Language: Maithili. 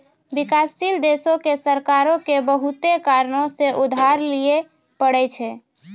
विकासशील देशो के सरकारो के बहुते कारणो से उधार लिये पढ़ै छै